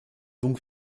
donc